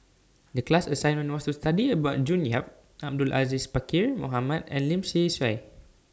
The class assignment was to study about June Yap Abdul Aziz Pakkeer Mohamed and Lim Swee Say